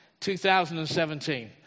2017